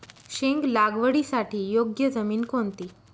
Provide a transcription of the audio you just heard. शेंग लागवडीसाठी योग्य जमीन कोणती?